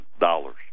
dollars